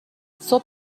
صبح